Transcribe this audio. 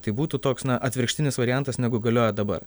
tai būtų toks na atvirkštinis variantas negu galioja dabar